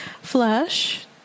Flush